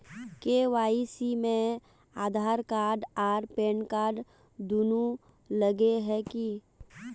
KYC में Aadhaar card आर PAN card दुनू लगे है की?